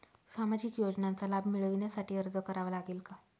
सामाजिक योजनांचा लाभ मिळविण्यासाठी अर्ज करावा लागेल का?